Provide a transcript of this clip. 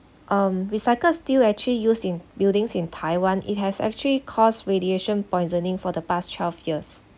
um recycled steel actually used in buildings in taiwan it has actually caused radiation poisoning for the past twelve years